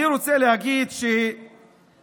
אני רוצה להגיד שהחינוך